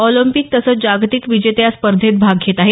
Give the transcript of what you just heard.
Olympic तसंच जागतिक विजेते या स्पर्धेत भाग घेत आहेत